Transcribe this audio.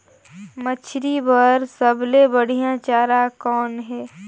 मछरी बर सबले बढ़िया चारा कौन हे?